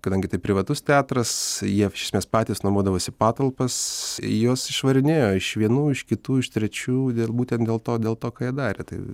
kadangi tai privatus teatras jie nes patys nuomodavosi patalpas juos išvarinėjo iš vienų iš kitų iš trečių būtent dėl to dėl to ką jie darė tai